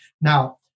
Now